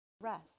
rest